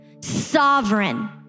sovereign